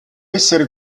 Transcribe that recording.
essere